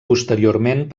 posteriorment